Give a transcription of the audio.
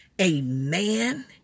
Amen